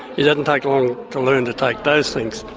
it doesn't take long to learn to take those things.